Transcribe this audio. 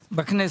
בכנסת.